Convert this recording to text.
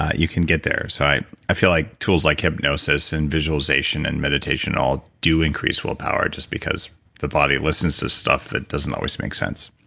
you can get there so i i feel like tools like hypnosis, and visualization and meditation all do increase willpower just because the body listens to stuff that doesn't always make sense